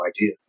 idea